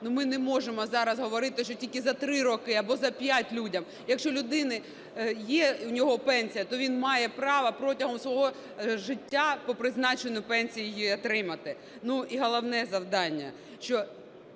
ми не можемо зараз говорити, що тільки за 3 роки або за 5 людям. Якщо в людині є в нього пенсія, то він має право протягом свого життя по призначенню пенсії її отримати. Ну, і головне завдання,